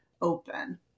open